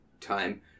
time